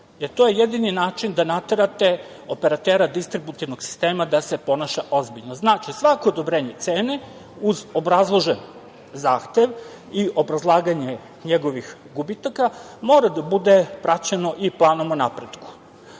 jer to je jedini način da naterate operatera distributivnog sistema da se ponaša ozbiljno. Znači, svako odobrenje cene uz obrazložen zahtev i obrazlaganje njegovih gubitaka mora da bude praćeno i planom o napretku.